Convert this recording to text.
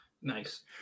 nice